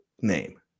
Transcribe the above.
name